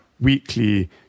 weekly